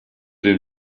den